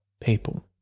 people